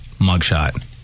mugshot